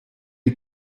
die